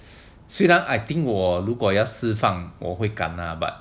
虽然 I think 我如果要释放我会敢 lah but